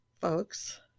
folks